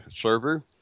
server